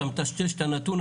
אתה מטשטש את הנתון,